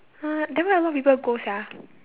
uh then why a lot people go sia